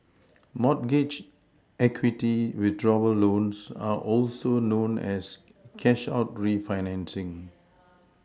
mortgage equity withdrawal loans are also known as cash out refinancing